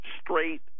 straight